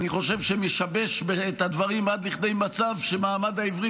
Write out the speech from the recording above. משבש את הדברים עד לכדי מצב שמעמד העברית